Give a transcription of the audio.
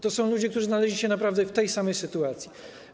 To są ludzie, którzy znaleźli się naprawdę w tej samej sytuacji.